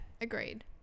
agreed